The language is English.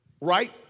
Right